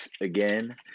Again